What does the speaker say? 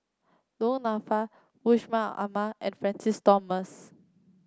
Du Nanfa Yusman Aman and Francis Thomas